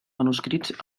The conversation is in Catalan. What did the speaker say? manuscrits